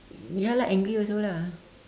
ya lah angry also lah